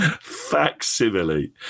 facsimile